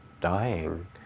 dying